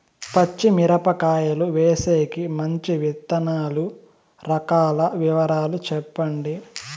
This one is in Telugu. పచ్చి మిరపకాయలు వేసేకి మంచి విత్తనాలు రకాల వివరాలు చెప్పండి?